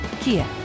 Kia